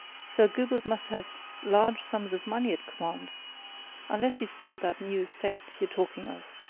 sir gilbert must have large sums of money at command unless he's bought that new estate you're talking of,